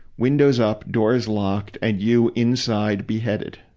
windows up, doors locked, and you inside beheaded.